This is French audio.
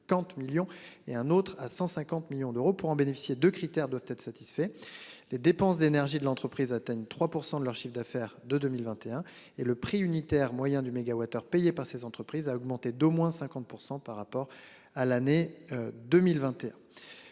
et un autre à 150 millions d'euros pour en bénéficier de critères doivent être satisfaits. Les dépenses d'énergie de l'entreprise atteignent 3% de leur chiffre d'affaires de 2021 et le prix unitaire moyen du mégawattheure payé par ces entreprises a augmenté d'au moins 50% par rapport à l'année 2021.